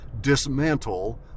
dismantle